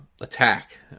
attack